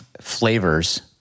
flavors